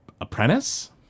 apprentice